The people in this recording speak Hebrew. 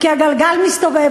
כי הגלגל מסתובב,